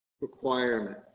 requirement